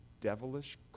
devilish